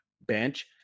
bench